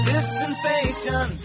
Dispensation